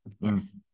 yes